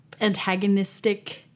antagonistic